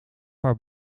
haar